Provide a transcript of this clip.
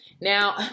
Now